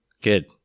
Good